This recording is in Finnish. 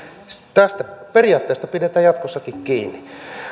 tästä periaatteesta pidetään jatkossakin kiinni